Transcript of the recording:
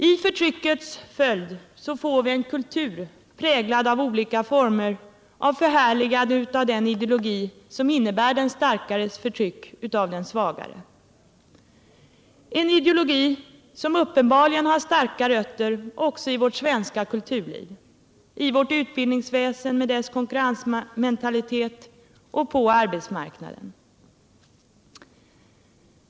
I förtryckets följd får vi en kultur präglad av olika former av förhärligande av den ideologi som innebär den starkares förtryck av den svagare —en ideologi som uppenbarligen har starka rötter också i vårt svenska kulturliv, i vårt utbildningsväsen med dess konkurrensmentalitet och på arbetsmarknaden.